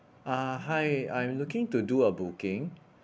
ah hi I'm looking to do a booking